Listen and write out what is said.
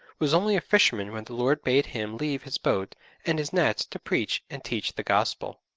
was only a fisherman when the lord bade him leave his boat and his nets to preach and teach the gospel.